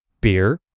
beer